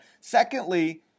Secondly